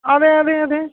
അതെ അതെ അതെ